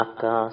Aka